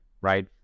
right